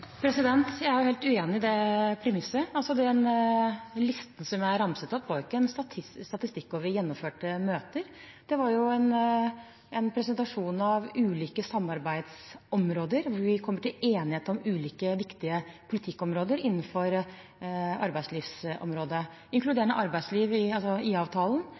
Jeg er helt uenig i det premisset. Listen jeg ramset opp, var ikke en statistikk over gjennomførte møter. Det var en presentasjon av ulike samarbeidsområder der vi kom til enighet om viktige politikkområder innenfor arbeidslivet. Inkluderende arbeidsliv – IA-avtalen – er ett område, arbeidet mot arbeidslivskriminalitet er et annet område der vi i